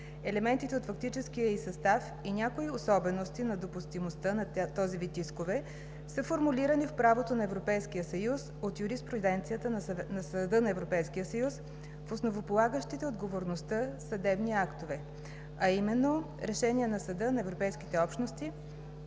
елементите от фактическия ѝ състав и някои особености на допустимостта на този вид искове, са формулирани в правото на Европейския съюз от юриспруденцията на Съда на Европейския съюз в основополагащите отговорността съдебни актове, а именно Решение на Съда на Европейските общности